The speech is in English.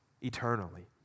eternally